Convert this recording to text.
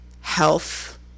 health